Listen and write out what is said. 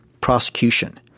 prosecution